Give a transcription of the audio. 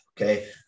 Okay